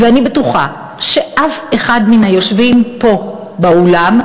ואני בטוחה שאף אחד מן היושבים פה באולם,